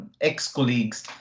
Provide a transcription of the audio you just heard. ex-colleagues